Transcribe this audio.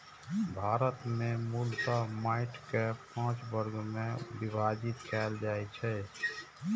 भारत मे मूलतः माटि कें पांच वर्ग मे विभाजित कैल जाइ छै